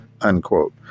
unquote